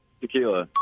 Tequila